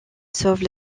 sauve